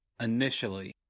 initially